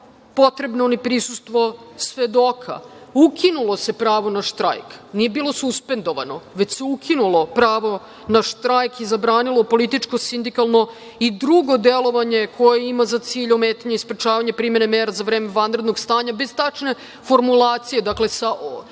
potrebno ni prisustvo svedoka. Ukinulo se pravo na štrajk, nije bilo suspendovano, već se ukinulo pravo na štrajk i zabranilo političko sindikalno i drugo delovanje koje ima za cilj ometanje i sprečavanje primene mera za vreme vanrednog stanja bez tačne formulacije, dakle, sa